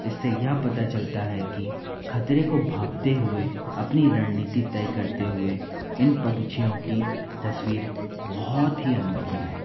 इससे यह पता चलता है कि खतरे को भाँपते हुए अपनी रणनीति तय करते हुए इन पक्षियों की तस्वीर बहुत ही अनोखी है